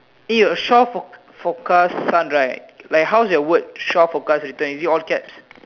eh your shore fore~ forecast sun right how's your word written is it all caps